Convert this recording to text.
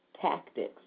tactics